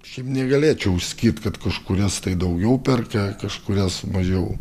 šiaip negalėčiau sakyti kad kažkurias tai daugiau perka kažkurias mažiau